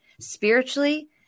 spiritually